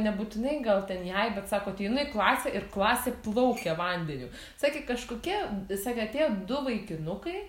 nebūtinai gal ten jai bet sako ateinu į klasę ir klasė plaukia vandeniu sakė kažkokia sakė atėjo du vaikinukai